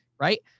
right